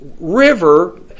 river